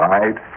Right